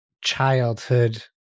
childhood